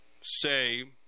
say